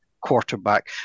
quarterback